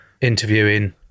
interviewing